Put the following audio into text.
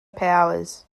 powers